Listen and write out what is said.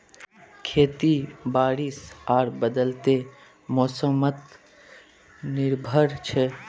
खेती बारिश आर बदलते मोसमोत निर्भर छे